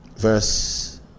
Verse